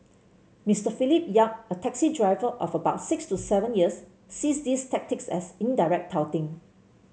Mister Philip Yap a taxi driver of about six to seven years sees these tactics as indirect touting